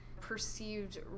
perceived